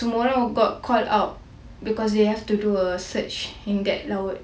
semua orang got called out because they had to do a search in that laut